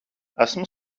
esmu